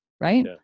right